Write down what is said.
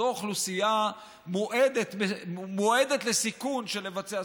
זו אוכלוסייה מועדת לסיכון, לבצע.